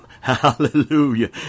Hallelujah